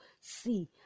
see